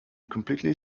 completely